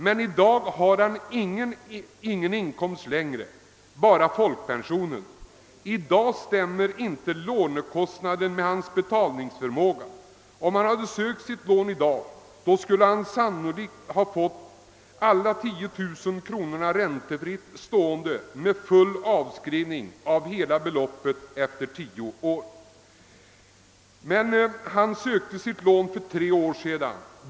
Men i dag har vederbörande ingen inkomst längre utom folkpensionen. I dag stämmer inte lånekostnaden med hans betalningsförmåga. Om han hade sökt lån i dag, skulle han sannolikt ha fått alla de 10 000 kronorna räntefritt stående med full avskrivning av hela beloppet efter tio år. Men han sökte sitt lån för tre år sedan.